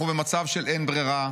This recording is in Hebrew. אנחנו במצב של אין ברירה,